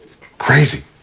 Crazy